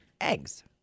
eggs